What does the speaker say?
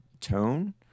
tone